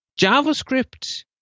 JavaScript